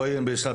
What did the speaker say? או רישיון זמני,